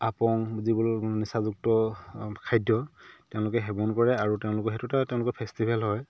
আপং যিবোৰ নিচাযুক্ত খাদ্য তেওঁলোকে সেৱন কৰে আৰু তেওঁলোকৰ সেইটো এটা তেওঁলোকৰ ফেষ্টিভেল হয়